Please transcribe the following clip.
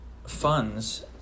funds